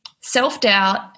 self-doubt